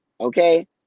Okay